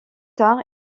tard